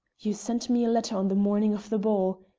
you sent me a letter on the morning of the ball?